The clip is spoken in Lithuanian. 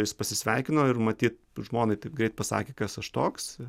jis pasisveikino ir maty žmonai taip greit pasakė kas aš toks